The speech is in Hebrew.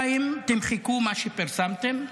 2. תמחקו מה שפרסמתם,